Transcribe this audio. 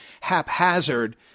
haphazard